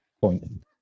point